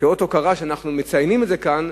כאות הוקרה שאנחנו מציינים את זה כאן,